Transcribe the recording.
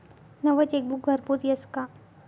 नवं चेकबुक घरपोच यस का?